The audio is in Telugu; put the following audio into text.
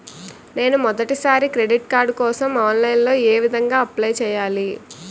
నేను మొదటిసారి క్రెడిట్ కార్డ్ కోసం ఆన్లైన్ లో ఏ విధంగా అప్లై చేయాలి?